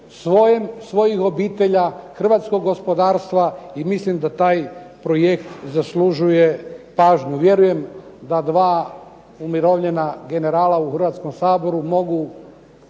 svojih obitelji, hrvatskog gospodarstva i mislim da taj projekt zaslužuje pažnju. Vjerujem da dva umirovljena generala u Hrvatskom saboru mogu